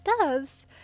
doves